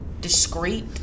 discreet